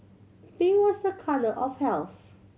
pink was a colour of health